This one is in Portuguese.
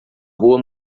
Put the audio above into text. rua